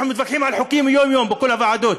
אנחנו מתווכחים על חוקים יום-יום בכל הוועדות.